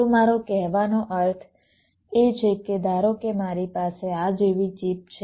તો મારો કહેવાનો અર્થ એ છે કે ધારો કે મારી પાસે આ જેવી ચીપ છે